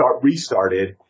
restarted